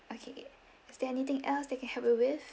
okay is there anything else that I can help you with